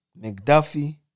McDuffie